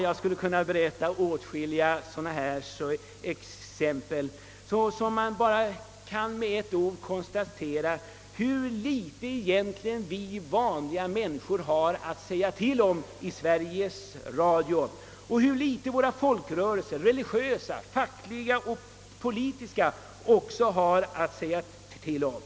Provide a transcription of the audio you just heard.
Jag skulle kunna berätta åtskilliga sådana exempel, men jag nöjer mig med att konstatera att vi vanliga människor har mycket litet att säga till om i Sveriges Radio. även våra folkrörelser — religiösa, fackliga och politiska — har mycket litet att säga till om.